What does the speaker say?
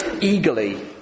Eagerly